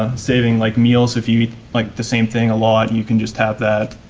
ah saving like meals if you eat like the same thing a lot you can just have that.